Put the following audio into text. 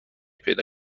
پیدا